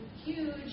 Huge